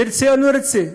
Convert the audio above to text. נרצה או לא נרצה,